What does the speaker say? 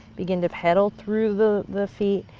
begin to peddle through the the feet,